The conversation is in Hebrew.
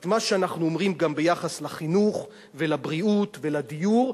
את מה שאנחנו אומרים גם ביחס לחינוך ולבריאות ולדיור,